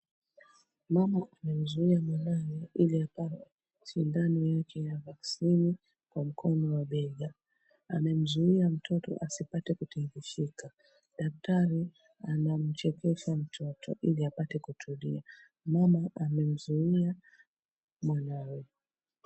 Mama amemzuia mwanawe ili apate sindano yake ya vaccine kwa mkono wa bega. Amemzuia mtoto asipate kutingishika. Daktari anamchekesha mtoto ili apate kutulia. Mama amemzuia mwanawe.